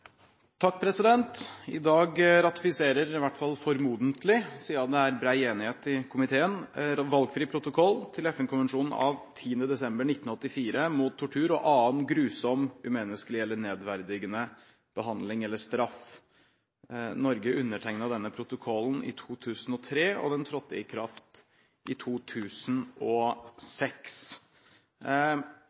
enighet i komiteen – valgfri protokoll til FN-konvensjonen av 10. desember 1984 mot tortur og annen grusom, umenneskelig eller nedverdigende behandling eller straff. Norge undertegnet denne protokollen i 2003, og den trådte i kraft i 2006.